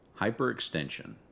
Hyperextension